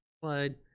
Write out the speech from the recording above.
slide